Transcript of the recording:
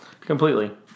completely